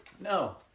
No